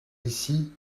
ici